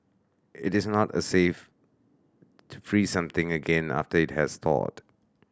it is not a safe to freeze something again after it has thawed